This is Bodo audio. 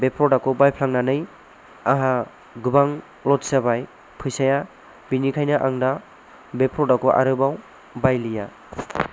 बे प्रडाक्ट खौ बायफ्लांनानै आंहा गोबां लस जाबाय फैसाया बेनिखायनो आं दा बे प्रडाक्ट खौ आरोबाव बायलिया